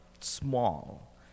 small